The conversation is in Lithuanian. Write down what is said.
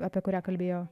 apie kurią kalbėjau